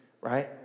right